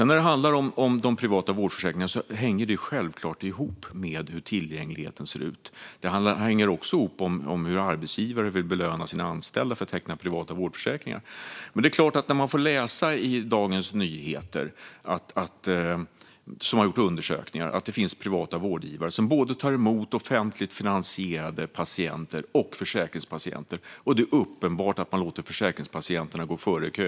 När det handlar om de privata vårdförsäkringarna hänger det självfallet ihop med hur tillgängligheten ser ut. Det hänger också ihop med att arbetsgivare vill belöna sina anställda genom att teckna privata vårdförsäkringar. Vi har kunnat läsa i Dagens Nyheter, som gjort undersökningar, att det finns privata vårdgivare som tar emot både offentligt finansierade patienter och försäkringspatienter och där det är uppenbart att man låter försäkringspatienterna gå före i kön.